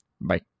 Bye